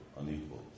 unequal